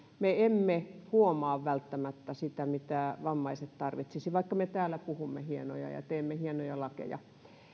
me emme huomaa välttämättä sitä mitä vammaiset tarvitsisivat vaikka me täällä puhumme hienoja ja ja teemme hienoja lakeja